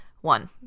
one